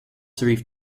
serif